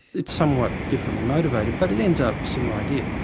it's somewhat differently motivated but it ends up, similar idea.